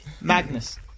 Magnus